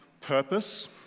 purpose